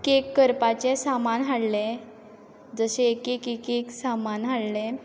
cake करपाचें सामान हाडलें जशें एक एक एक एक सामान हाडलें